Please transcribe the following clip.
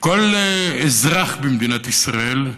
שכל אזרח במדינת ישראל,